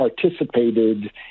participated